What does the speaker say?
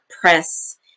press